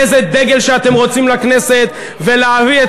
איזה דגל שאתם רוצים לכנסת ולהביא את